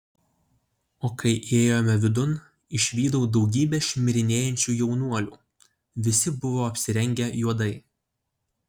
o kai įėjome vidun išvydau daugybę šmirinėjančių jaunuolių visi buvo apsirengę juodai